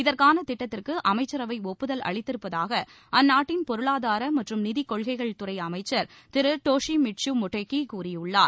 இதற்கான திட்டத்திற்கு அமைச்சரவை ஒப்புதல் அளித்திருப்பதாக அந்நாட்டின் பொருளாதார மற்றும் நிதிக்கொள்கைகள் துறை அமைச்சர் திரு டோஷிமிட்சு மொடேகி கூறியுள்ளார்